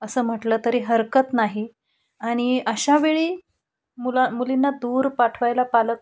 असं म्हटलं तरी हरकत नाही आणि अशावेळी मुला मुलींना दूर पाठवायला पालक